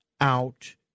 out